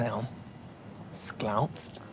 him sklounst.